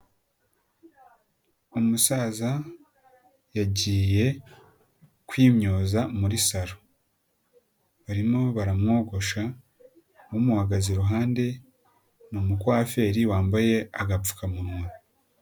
Umusaza yagiye kwimyoza muri salo. Barimo baramwogosha, umuhagaze iruhande ni umukwaferi wambaye agapfukamunwa.